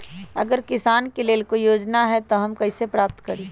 अगर किसान के लेल कोई योजना है त हम कईसे प्राप्त करी?